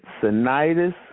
sinitis